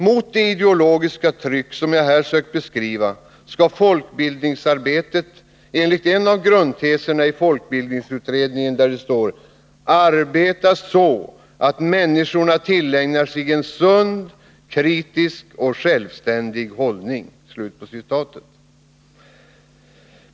Mot det ideologiska tryck som jag här sökt beskriva skall folkbildningsarbetet enligt en av grundteserna i folkbildningsutredningen ”arbeta så att människorna tillägnar sig en sund, kritisk och självständig hållning”.